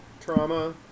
trauma